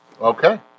Okay